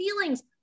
feelings